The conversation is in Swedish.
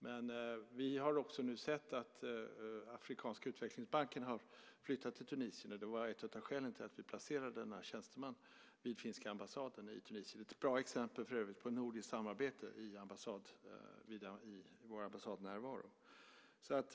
Men vi har också nu sett att Afrikanska utvecklingsbanken har flyttat till Tunisien, och det var ett av skälen till att vi placerade denna tjänsteman vid finska ambassaden i Tunisien. Det är ett bra exempel, för övrigt, på nordiskt samarbete i vår ambassadnärvaro.